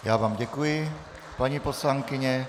Já vám děkuji, paní poslankyně.